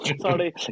sorry